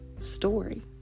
story